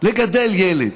לגדל ילד,